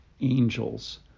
angels